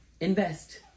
Invest